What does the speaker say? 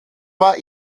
war